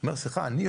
אומר סליחה, אני?